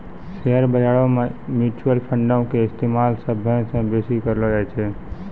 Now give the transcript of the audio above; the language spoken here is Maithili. शेयर बजारो मे म्यूचुअल फंडो के इस्तेमाल सभ्भे से बेसी करलो जाय छै